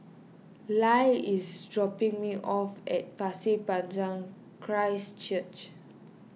Lyle is dropping me off at Pasir Panjang Christ Church